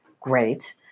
great